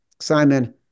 Simon